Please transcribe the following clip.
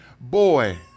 boy